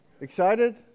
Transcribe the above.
Excited